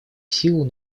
силу